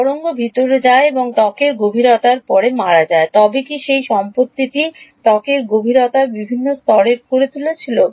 তরঙ্গ ভিতরে যায় এবং ত্বকের গভীরতার পরে মারা যায় তবে কী সেই সম্পত্তিটি ত্বকের গভীরতার বিভিন্ন স্তরের করে তুলেছিল